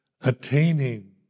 attaining